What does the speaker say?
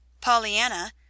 Pollyanna